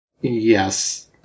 Yes